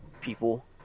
people